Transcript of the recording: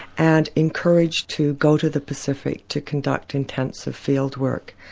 and encouraged to go to the pacific to conduct intensive field work.